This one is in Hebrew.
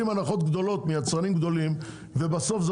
מקבלים הנחות גדולות מיצרנים גדולים ובסוף זה